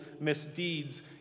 misdeeds